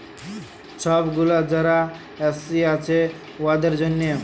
ছব গুলা যারা এস.সি আছে উয়াদের জ্যনহে